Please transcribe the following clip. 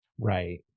Right